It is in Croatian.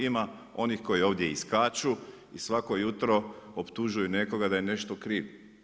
Ima onih koji ovdje iskaču i svako jutro optužuju nekoga da je nešto kriv.